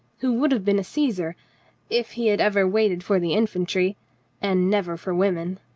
who would have been a caesar if he had ever waited for the in fantry and never for women.